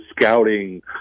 scouting